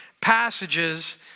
passages